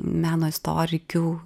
meno istorikių